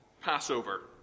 Passover